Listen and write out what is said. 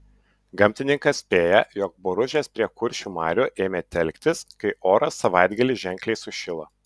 gamtininkas spėja jog boružės prie kuršių marių ėmė telktis kai oras savaitgalį ženkliai sušilo